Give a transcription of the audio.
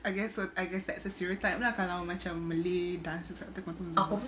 I guess I guess that's the stereotype lah kalau macam malay dance instructor confirm zumba